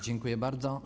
Dziękuję bardzo.